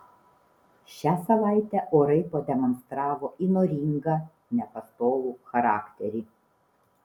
šią savaitę orai pademonstravo įnoringą nepastovų charakterį